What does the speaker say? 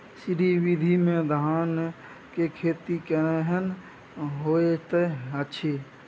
श्री विधी में धान के खेती केहन होयत अछि?